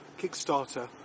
Kickstarter